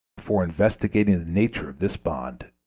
before investigating the nature of this bond,